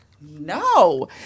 no